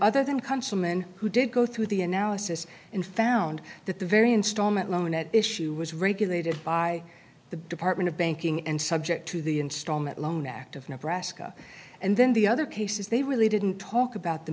consummate who did go through the analysis in found that the very installment loan at issue was regulated by the department of banking and subject to the installment loan act of nebraska and then the other cases they really didn't talk about the